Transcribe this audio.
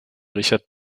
richard